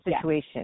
situation